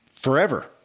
Forever